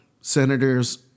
senators